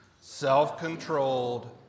self-controlled